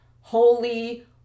Holy